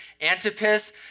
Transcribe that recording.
Antipas